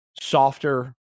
softer